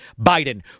Biden